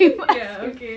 ya okay